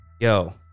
yo